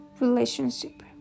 relationship